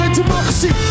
democracy